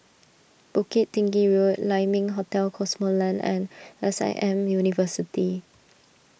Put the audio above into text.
Bukit Tinggi Road Lai Ming Hotel Cosmoland and S I M University